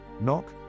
Knock